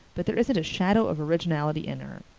but there isn't a shadow of orginality in her.